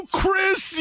Chris